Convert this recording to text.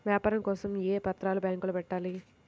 వ్యాపారం కోసం ఏ పత్రాలు బ్యాంక్లో పెట్టాలి?